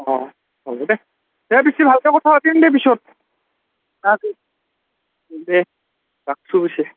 অঁ হ'ব দে দে বেছি ভালকৈ কথা পতিম দে পিছত অঁ দে দে ৰাখছোঁ পিছে